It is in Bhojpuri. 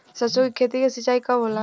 सरसों की खेती के सिंचाई कब होला?